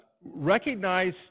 recognize